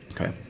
Okay